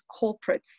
corporates